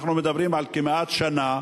אנחנו מדברים על כמעט שנה,